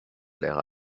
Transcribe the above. lehre